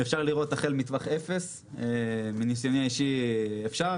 אפשר לירות החל מטווח אפס, מניסיוני האישי אפשר,